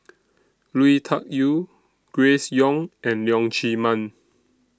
Lui Tuck Yew Grace Young and Leong Chee Mun